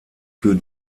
für